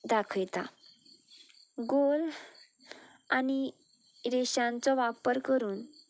दाखयता गोल आनी रेशांचो वापर करून